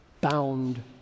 bound